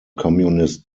communist